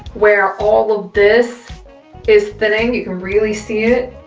where all of this is thinning, you can really see it,